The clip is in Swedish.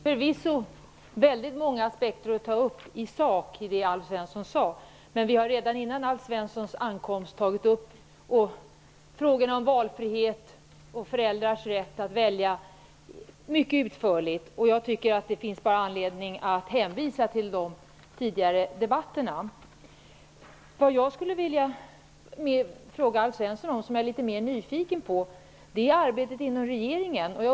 Herr talman! Det finns förvisso väldigt många aspekter att ta upp i sak i det Alf Svensson sade, men vi har redan före Alf Svenssons ankomst mycket utförligt diskuterat frågorna om valfrihet och föräldrars rätt att välja. Jag tycker att det finns anledning att bara hänvisa till tidigare inlägg. Vad jag skulle vilja fråga Alf Svensson om, som jag är litet mer nyfiken på, är arbetet inom regeringen.